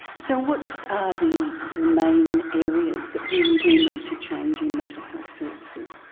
so what are the the main areas that really do need to change in mental health services?